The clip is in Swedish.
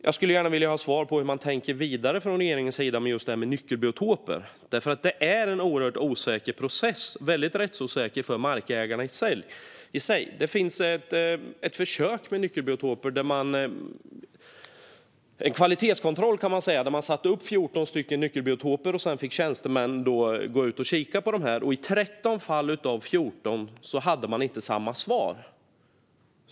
Jag skulle gärna vilja ha svar på hur man tänker vidare från regeringens sida när det gäller just nyckelbiotoper, för det är en oerhört osäker och rättsosäker process för markägarna. När det gäller nyckelbiotoper har det gjorts ett försök - en kvalitetskontroll, kan man säga. Man satte upp 14 nyckelbiotoper, och sedan fick tjänstemän gå ut och kika på dem. I 13 fall av 14 hade de inte samma svar.